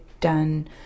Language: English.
done